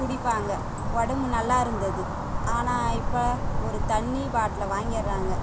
குடிப்பாங்க உடம்பு நல்லா இருந்தது ஆனால் இப்போ ஒரு தண்ணி பாட்டுலை வாங்கிடுறாங்க